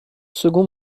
second